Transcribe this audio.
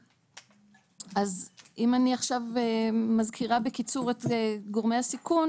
אז אם אני עכשיו מזכירה בקיצור את גורמי הסיכון,